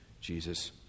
Jesus